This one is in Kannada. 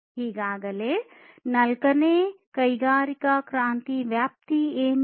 ಹಾಗಾದರೆ ನಾಲ್ಕನೇ ಕೈಗಾರಿಕಾ ಕ್ರಾಂತಿಯ ವ್ಯಾಪ್ತಿ ಏನು